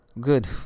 good